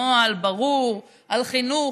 נוהל ברור על חינוך,